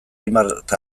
hainbat